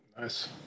Nice